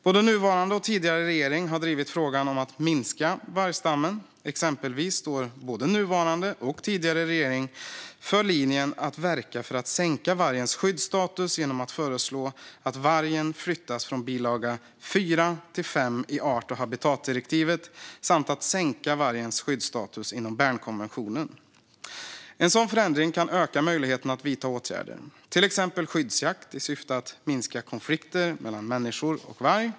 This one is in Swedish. Både nuvarande och tidigare regering har drivit frågan om att minska vargstammen. Exempelvis står både nuvarande och tidigare regering för linjen att verka för att sänka vargens skyddsstatus genom att föreslå att vargen flyttas från bilaga 4 till bilaga 5 i art och habitatdirektivet samt att sänka vargens skyddsstatus inom Bernkonventionen. En sådan ändring kan öka möjligheten att vidta åtgärder, till exempel skyddsjakt, i syfte att minska konflikter mellan människor och varg.